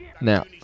Now